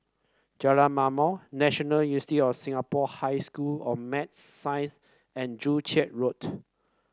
Jalan Ma'mor National of Singapore High School of Maths Science and Joo Chiat Road